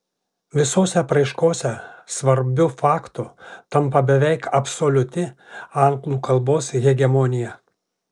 visose apraiškose svarbiu faktu tampa beveik absoliuti anglų kalbos hegemonija